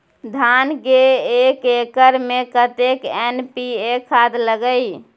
धान के एक एकर में कतेक एन.पी.ए खाद लगे इ?